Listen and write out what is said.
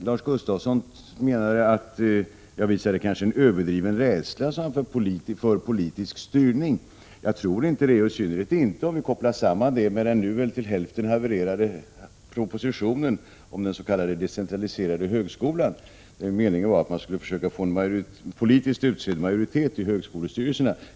Lars Gustafsson menade att jag kanske visade en överdriven rädsla för politisk styrning. Jag tror inte det, och i synnerhet inte om vi kopplar samman den med den nu väl till hälften havererade propositionen om den s.k. decentraliserade högskolan. Meningen var att man skulle försöka få en politiskt utsedd majoritet i högskolestyrelserna.